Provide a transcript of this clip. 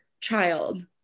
child